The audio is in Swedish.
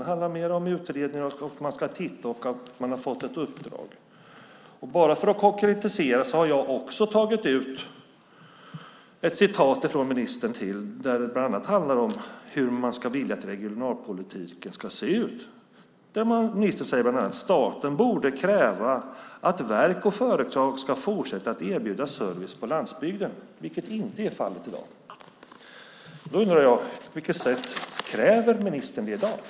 Det handlar om utredningar, att se över och att få ett uppdrag. Jag har tagit fram ännu ett citat från ministern som bland annat handlar om hur man vill att regionalpolitiken ska se ut. Ministern säger bland annat att staten borde kräva att verk och företag ska fortsätta att erbjuda service på landsbygden, vilket inte är fallet i dag. På vilket sätt kräver ministern det i dag?